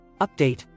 Update